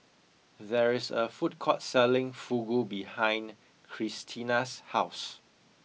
there is a food court selling Fugu behind Krystina's house